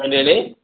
ఏంటండీ